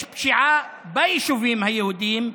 יש פשיעה ביישובים היהודיים,